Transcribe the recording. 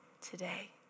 today